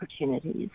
opportunities